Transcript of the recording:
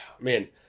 man